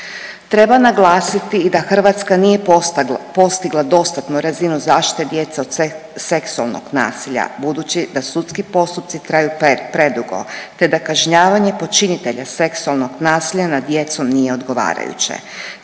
Treba naglasiti i da Hrvatska nije postigla dostatnu razinu zaštitu djece od seksualnog nasilja budući da sudski postupci traju predugo, te da kažnjavanje počinitelja seksualnog nasilja nad djecom nije odgovarajuće.